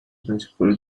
principle